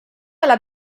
alla